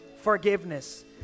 forgiveness